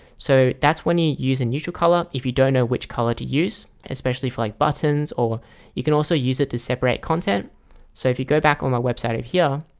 so that's when you you use a neutral color if you don't know which color to use especially for like buttons or you can also use it to separate content so if you go back on my web site over here